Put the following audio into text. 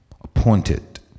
appointed